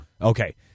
Okay